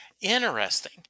Interesting